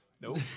Nope